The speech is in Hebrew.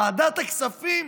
ועדת הכספים,